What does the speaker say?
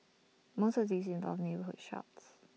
most of these involved neighbourhood shops